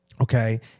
Okay